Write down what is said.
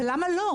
ולמה לא?